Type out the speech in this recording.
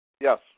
Yes